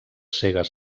cegues